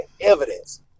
evidence